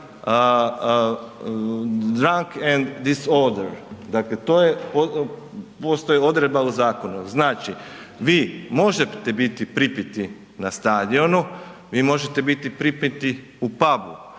„Rang this order“ postoji znači odredba u zakonu znači, vi možete biti pripiti na stadionu, vi možete biti pripiti u pubu,